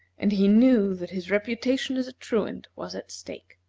and he knew that his reputation as a truant was at stake.